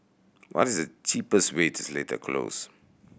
what is the cheapest way to Seletar Close